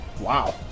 Wow